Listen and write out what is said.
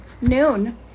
noon